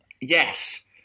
Yes